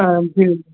हजुर